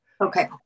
Okay